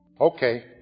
Okay